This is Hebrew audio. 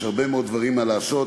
יש הרבה מאוד דברים לעשות,